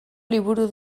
liburu